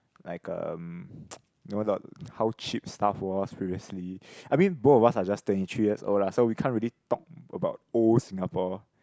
like um you know the how cheap stuff was previously I mean both of us are just twenty three years old lah so we can't really talk about old Singapore